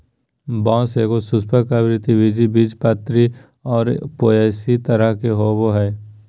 बाँस एगो सपुष्पक, आवृतबीजी, बीजपत्री और पोएसी तरह के होबो हइ